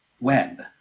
web